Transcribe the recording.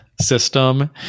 system